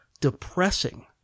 depressing